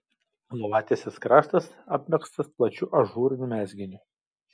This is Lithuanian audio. lovatiesės kraštas apmegztas plačiu ažūriniu mezginiu